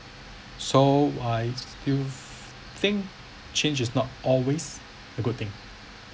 so I still think change is not always a good thing